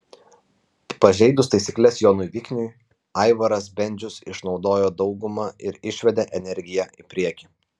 pažeidus taisykles jonui vikniui aivaras bendžius išnaudojo daugumą ir išvedė energiją į priekį